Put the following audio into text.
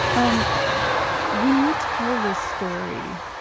um when you tell this story,